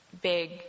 big